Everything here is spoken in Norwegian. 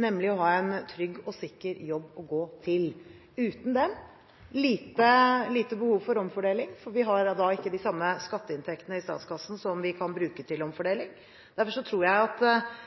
nemlig å ha en trygg og sikker jobb å gå til. Uten den er det lite behov for omfordeling for vi har da ikke de samme skatteinntektene i statskassen som vi kan bruke til omfordeling. Derfor tror jeg at